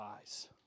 eyes